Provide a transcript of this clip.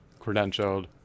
credentialed